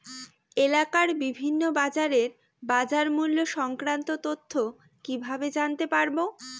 এলাকার বিভিন্ন বাজারের বাজারমূল্য সংক্রান্ত তথ্য কিভাবে জানতে পারব?